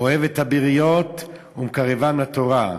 אוהב את הבריות ומקרבן לתורה.